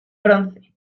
bronce